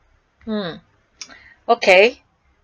hmm okay